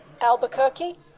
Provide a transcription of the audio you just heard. Albuquerque